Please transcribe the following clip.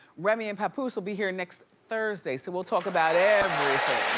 remy and papoose will be here next thursday so we'll talk about everything.